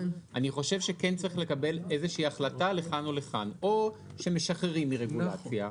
אני חושב שצריך לקבל החלטה לכאן או לכאן: או שמשחררים מרגולציה,